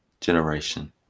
generation